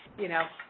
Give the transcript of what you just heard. you know,